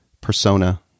persona